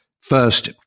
first